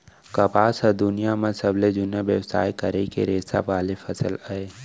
कपसा ह दुनियां म सबले जुन्ना बेवसाय करे के रेसा वाला फसल अय